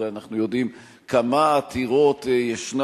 הרי אנחנו יודעים כמה עתירות יש,